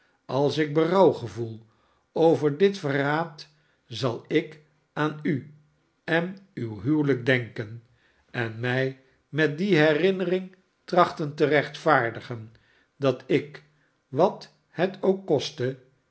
als ik berouw gevoel over dit verraad zal ik aan u en uw huwelijk denken en mij met die herinnering trachten te rechtvaardigen dat ik wat het k kostte